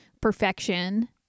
perfection